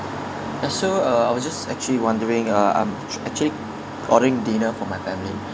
so uh I was just actually wondering uh I'm actually ordering dinner for my family